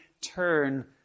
turn